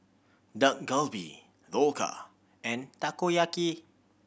Dak Galbi Dhokla and Takoyaki